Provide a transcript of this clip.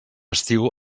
estiu